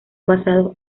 basados